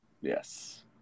Yes